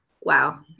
Wow